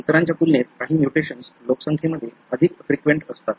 इतरांच्या तुलनेत काही म्युटेशन्स लोकसंख्येमध्ये अधिक फ्रिक्वेंट असतात